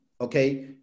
okay